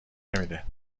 نمیده